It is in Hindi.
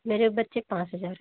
मेरे बच्चे पाँच हज़ार